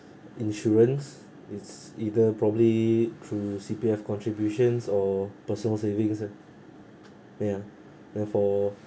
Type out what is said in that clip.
insurance it's either probably through C_P_F contributions or personal savings lah ya then for